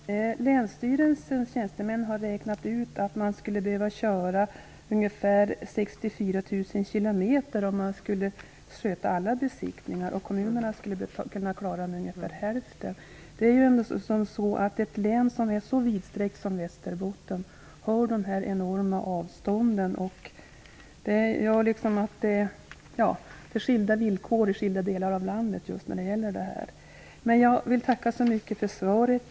Herr talman! Länsstyrelsens tjänstemän har räknat ut att de skulle behöva köra ungefär 64 000 km om de skulle sköta alla besiktningar. I kommunal regi skulle man bara behöva köra hälften så många kilometer. I ett län som är så vidsträckt som Västerbotten finns det enorma avstånd. Det råder skilda villkor i skilda delar av landet. Jag vill tacka så mycket för svaret.